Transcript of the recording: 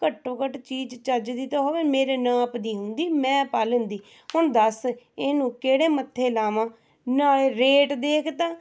ਘੱਟੋਂ ਘੱਟ ਚੀਜ਼ ਚੱਜ ਦੀ ਤਾਂ ਹੋਵੇ ਮੇਰੇ ਨਾਪ ਦੀ ਹੁੰਦੀ ਮੈਂ ਪਾ ਲੈਂਦੀ ਹੁਣ ਦੱਸ ਇਹਨੂੰ ਕਿਹੜੇ ਮੱਥੇ ਲਾਵਾਂ ਨਾ ਇਹ ਰੇਟ ਦੇਖਦਾ